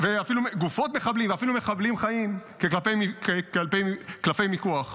-- גופות מחבלים ואפילו מחבלים חיים כקלפי מיקוח.